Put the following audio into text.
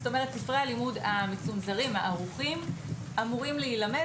ספרי הלימוד המצונזרים והערוכים אמורים להילמד